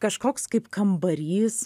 kažkoks kaip kambarys